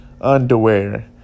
underwear